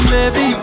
Baby